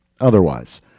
otherwise